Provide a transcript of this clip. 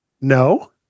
No